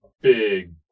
big